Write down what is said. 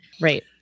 Right